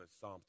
Psalm